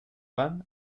band